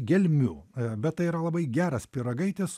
gelmių bet tai yra labai geras pyragaitis